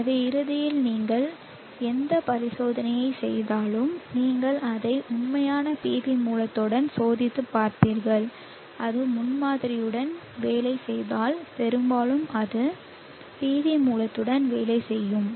எனவே இறுதியில் நீங்கள் எந்த பரிசோதனையைச் செய்தாலும் நீங்கள் அதை உண்மையான PV மூலத்துடன் சோதித்துப் பார்ப்பீர்கள் அது முன்மாதிரியுடன் வேலை செய்தால் பெரும்பாலும் அது PV மூலத்துடன் வேலை செய்யும்